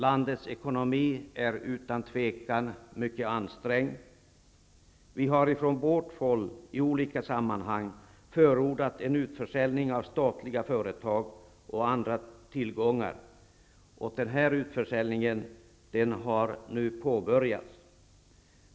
Landets ekonomi är utan tvivel mycket ansträngd. Vi från Folkpartiet liberalerna har i olika sammanhang förordat en utförsäljning av statliga företag och andra tillgångar. Utförsäljningen har nu påbörjats.